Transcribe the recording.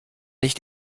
nicht